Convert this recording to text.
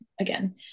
again